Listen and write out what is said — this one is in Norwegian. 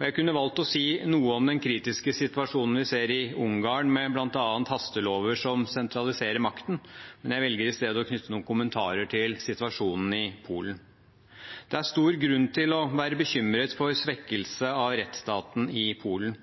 Jeg kunne valgt å si noe om den kritiske situasjonen vi ser i Ungarn, med bl.a. hastelover som sentraliserer makten, men jeg velger i stedet å knytte noen kommentarer til situasjonen i Polen. Det er stor grunn til å være bekymret for svekkelse av rettsstaten i Polen.